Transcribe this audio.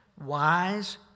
Wise